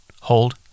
Hold